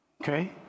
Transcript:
Okay